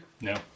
No